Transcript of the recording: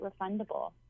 refundable